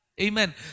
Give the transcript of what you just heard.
Amen